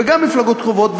וגם ממפלגות קרובות,